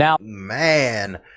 Man